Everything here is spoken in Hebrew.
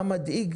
מה מדאיג?